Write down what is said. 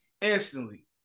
Instantly